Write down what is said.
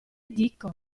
dico